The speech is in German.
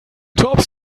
tabs